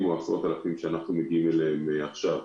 או עשרות האלפים שאנחנו מגיעים אליהם עכשיו.